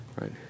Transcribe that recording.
right